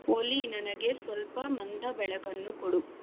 ಓಲಿ ನನಗೆ ಸ್ವಲ್ಪ ಮಂದ ಬೆಳಕನ್ನು ಕೊಡು